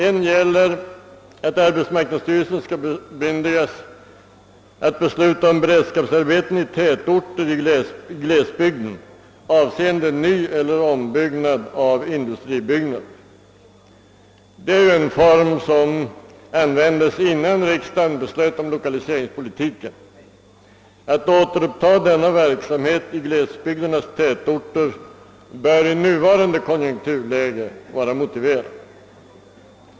En gäller att arbetsmarknadsstyrelsen skall bemyndigas att besluta om beredskapsarbeten i tätorter inom glesbygden, avseende nyeller ombyggnad av industribyggnader. Detta är en form som användes redan innan riksdagen fattade beslut om lokaliseringspolitiken. Att återuppta denna verksamhet i glesbygdernas tätorter bör i nuvarande konjunkturläge vara motiverat.